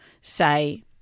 say